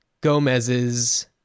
Gomez's